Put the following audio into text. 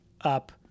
up